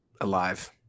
alive